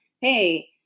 Hey